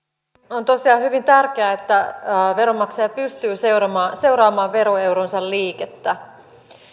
on tosiaan hyvin tärkeää että veronmaksaja pystyy seuraamaan seuraamaan veroeuronsa liikettä